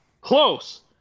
Close